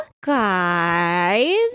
guys